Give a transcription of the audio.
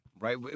Right